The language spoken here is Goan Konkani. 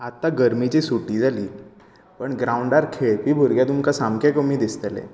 आतां गरमेची सुटी जाली पण ग्रांवडार खेळपी भुरगें तुमकां सामके कमी दिसतले